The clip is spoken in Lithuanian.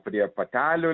prie patelių